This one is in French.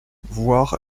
voir